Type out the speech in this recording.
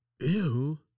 ew